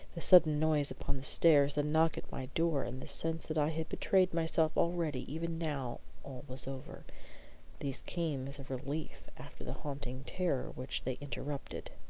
the sudden noise upon the stairs, the knock at my door, and the sense that i had betrayed myself already even now all was over these came as a relief after the haunting terror which they interrupted.